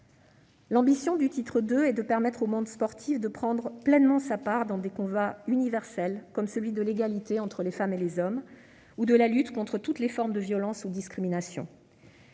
proposition de loi est de permettre au monde sportif de prendre pleinement sa part dans des combats universels comme l'égalité entre les femmes et les hommes, ou encore la lutte contre toutes les formes de violence ou de discrimination.